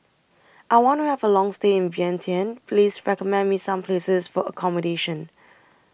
I want to Have A Long stay in Vientiane Please recommend Me Some Places For accommodation